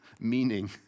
meaning